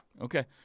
Okay